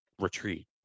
retreat